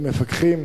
מפקחים,